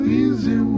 easy